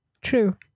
True